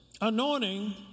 anointing